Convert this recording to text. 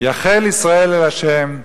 יחל ישראל, אל ה',